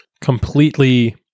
completely